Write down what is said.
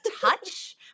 touch